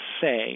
say